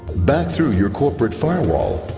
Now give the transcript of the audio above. back through your corporate firewall,